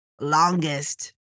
longest